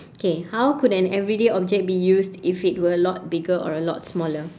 okay how could an everyday object be used if it were a lot bigger or a lot smaller